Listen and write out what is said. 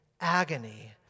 agony